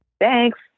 Thanks